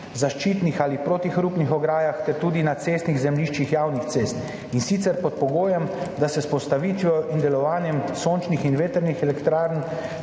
zaščitnih ali protihrupnih ograjah ter tudi na cestnih zemljiščih javnih cest, in sicer pod pogojem, da se s postavitvijo in delovanjem sončnih in vetrnih elektrarn